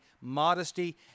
modesty